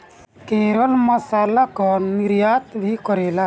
केरल मसाला कअ निर्यात भी करेला